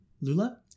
Lula